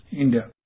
India